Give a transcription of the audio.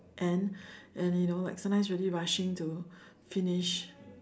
and and you know like sometimes really rushing to finish